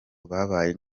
babaye